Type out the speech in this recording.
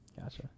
Gotcha